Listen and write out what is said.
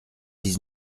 dix